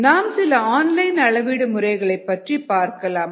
நாம் சில ஆன்லைன் அளவீடு முறைகளைப் பற்றி பார்க்கலாம்